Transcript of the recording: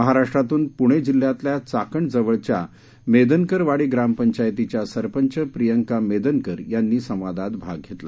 महाराष्ट्रातून पुणे जिल्ह्यातल्या चाकण जवळच्या मेदनकरवाडी ग्रामपंचायतीच्या सरपंच प्रियंका मेदनकर यांनी संवादात भाग घेतला